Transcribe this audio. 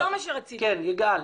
כן, יגאל.